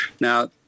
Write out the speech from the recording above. Now